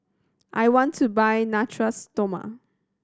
I want to buy Natura Stoma